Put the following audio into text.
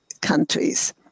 countries